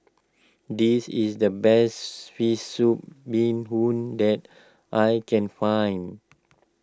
this is the best Fish Soup Bee Hoon that I can find